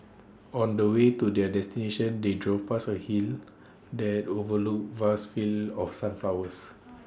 on the way to their destination they drove past A hill that overlooked vast fields of sunflowers